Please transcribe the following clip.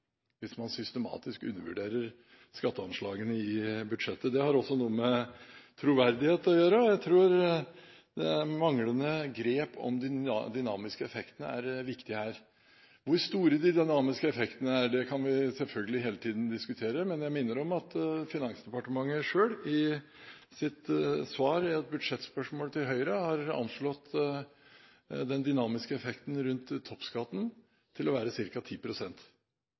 hvis man systematisk undervurderer skatteanslagene i budsjettet. Det har også noe med troverdighet å gjøre, og jeg tror manglende grep om de dynamiske effektene er viktig her. Hvor store de dynamiske effektene er, kan vi selvfølgelig hele tiden diskutere, men jeg minner om at Finansdepartementet selv – i sitt svar til Høyre på et budsjettspørsmål – har anslått den dynamiske effekten rundt toppskatten til å være